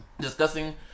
discussing